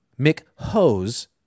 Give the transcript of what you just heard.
McHose